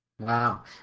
Wow